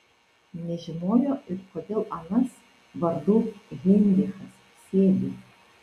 nežinojo ir kodėl anas vardu heinrichas sėdi